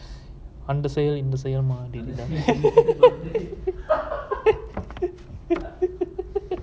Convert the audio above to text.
அந்த செயல் இந்த செயல் மாதிரி தான்:antha seiyal intha seiyal mathiri thaan